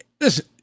listen